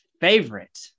favorite